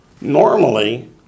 Normally